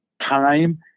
time